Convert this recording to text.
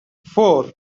four